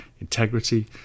integrity